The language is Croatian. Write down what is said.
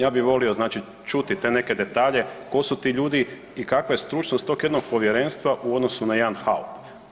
Ja bi volio znači čuti te neke detalje, ko su ti ljudi i kakva je stručnost tog jednog povjerenstva u odnosu na jedan HAOP.